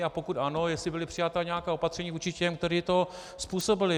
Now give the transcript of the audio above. A pokud ano, jestli byla přijata nějaká opatření vůči těm, kteří to způsobili.